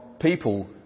people